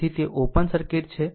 તેથી તે open circuit છે